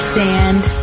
sand